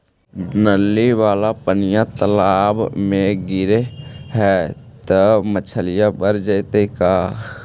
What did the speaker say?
नली वाला पानी तालाव मे गिरे है त मछली मर जितै का?